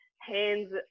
hands